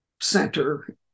Center